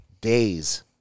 days